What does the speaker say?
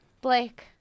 Blake